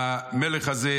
המלך הזה,